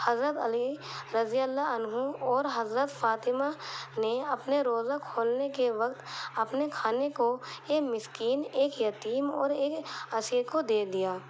حضرت علی رضی اللہ عنہ اور حضرت فاطمہ نے اپنے روزہ کھولنے کے وقت اپنے کھانے کو ایک مسکین ایک یتیم اور ایک اسیر کو دے دیا